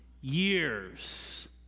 years